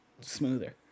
smoother